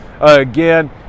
again